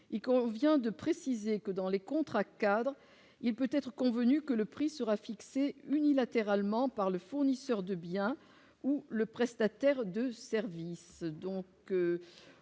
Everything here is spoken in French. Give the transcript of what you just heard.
il convient de préciser que dans les contrats cadres il y peut-être convenu que le prix sera fixé unilatéralement par le fournisseur de bien ou. Le prestataire de services,